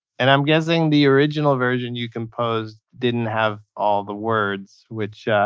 and i'm guessing the original version you composed didn't have all the words which